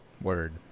Word